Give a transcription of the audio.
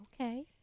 Okay